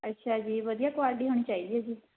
ਅੱਛਾ ਜੀ ਵਧੀਆ ਕੁਆਲਟੀ ਦੀ ਹੋਣੀ ਚਾਹੀਦੀ ਹੈ ਜੀ